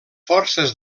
forces